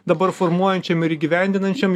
dabar formuojančiam ir įgyvendinančiam